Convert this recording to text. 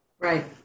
Right